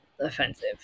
offensive